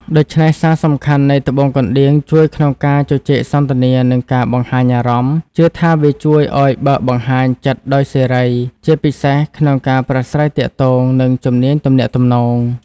ដូច្នេះសារសំខាន់នៃត្បូងកណ្ដៀងជួយក្នុងការជជែកសន្ទនា និងការបង្ហាញអារម្មណ៍ ជឿថាវាជួយឲ្យបើកបង្ហាញចិត្តដោយសេរី ជាពិសេសក្នុងការប្រាស្រ័យទាក់ទង និងជំនាញទំនាក់ទំនង។